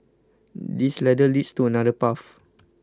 this ladder leads to another path